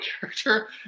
character